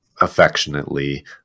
affectionately